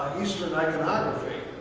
eastern iconography.